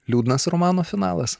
liūdnas romano finalas